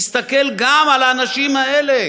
הוא יסתכל גם על האנשים האלה.